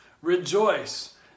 Rejoice